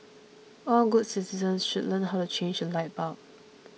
all good citizens should learn how to change a light bulb